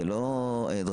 זה לא דרמה.